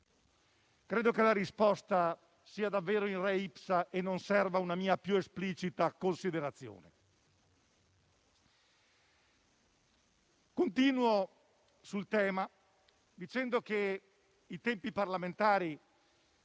Credo che la risposta sia davvero *in re ipsa* e non serva una mia più esplicita considerazione. Continuo sul tema, dicendo che i tempi parlamentari